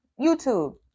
YouTube